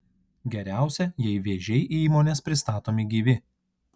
geriausia jei vėžiai į įmones pristatomi gyvi